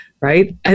Right